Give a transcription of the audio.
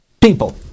People